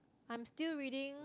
I'm still reading